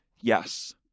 yes